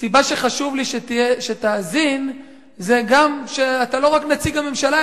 הסיבה שחשוב לי שתאזין היא גם שאתה לא רק נציג הממשלה,